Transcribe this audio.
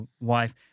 wife